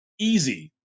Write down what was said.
easy